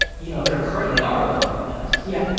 you know, there currently are a lot of protests. yeah.